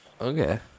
Okay